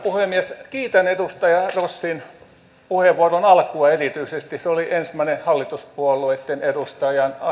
puhemies kiitän edustaja rossin puheenvuoroa sen alkua erityisesti se oli ensimmäinen hallituspuolueitten edustajan